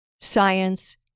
science